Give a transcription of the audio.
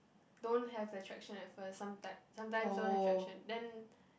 don't have attraction at first some time sometimes don't have attraction then